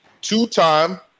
two-time